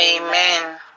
Amen